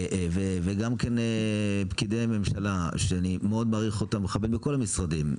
וגם כן פקידי ממשלה שאני מאוד מעריך אותם ומכבד בכל המשרדים,